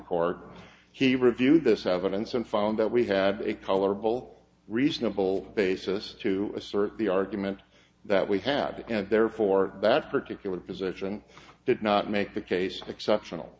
court he reviewed this evidence and found that we had a colorable reasonable basis to assert the argument that we had and therefore that particular position did not make the case exceptional